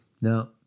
Now